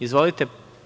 Izvolite.